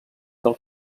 del